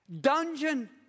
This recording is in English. dungeon